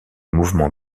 mouvement